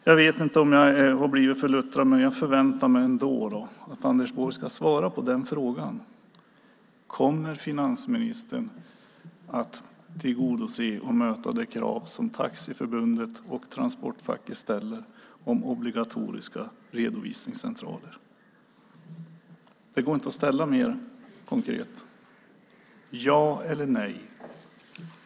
Jag vet inte om jag har blivit för luttrad, men jag förväntar mig ändå att Anders Borg ska svara på frågan: Kommer finansministern att tillgodose och möta det krav som Taxiförbundet och transportfacket ställer om obligatoriska redovisningscentraler? Det går inte att ställa frågan mer konkret än så. Ja eller nej?